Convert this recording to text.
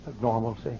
normalcy